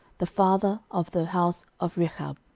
the father of the house of rechab.